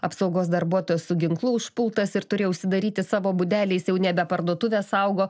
apsaugos darbuotojas su ginklu užpultas ir turėjo užsidaryti savo būdelėj jis jau nebe parduotuvę saugo